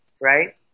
right